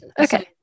Okay